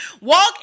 Walk